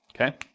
Okay